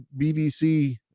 BBC